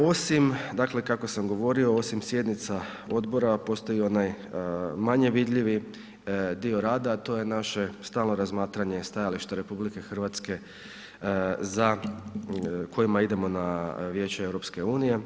Osim, dakle kako sam govorio, osim sjednica odbora, postoji onaj manje vidljivi dio rada, a to je naše stalno razmatranje stajališta RH za, kojima idemo na vijeće EU.